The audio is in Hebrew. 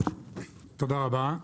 תודה רבה,